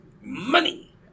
Money